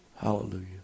Hallelujah